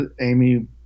Amy